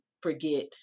forget